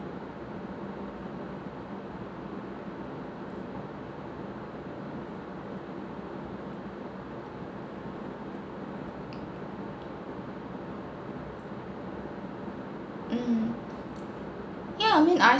mm yeah I mean I